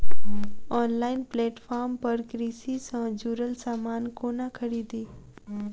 Online platform पर कृषि सँ जुड़ल समान कोना खरीदी?